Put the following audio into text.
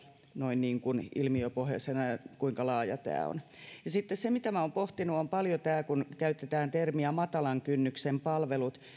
noin niin kuin ilmiöpohjaisena ja siinä kuinka laaja tämä on sitten se mitä olen pohtinut paljon on tämä kun käytetään termiä matalan kynnyksen palvelut